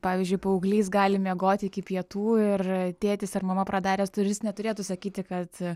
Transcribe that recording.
pavyzdžiui paauglys gali miegoti iki pietų ir tėtis ar mama pradaręs duris neturėtų sakyti kad